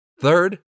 Third